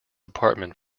apartment